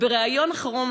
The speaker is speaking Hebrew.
בריאיון האחרון,